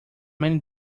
many